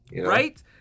right